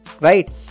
right